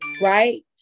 right